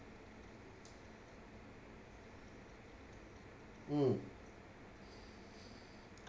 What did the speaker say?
mm